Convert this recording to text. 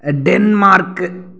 Denmark